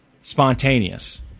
spontaneous